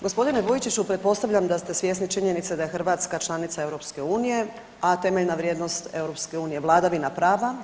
Gospodine Vujčiću pretpostavljam da ste svjesni činjenice da je Hrvatska članica EU, a temeljna vrijednost EU je vladavina prava.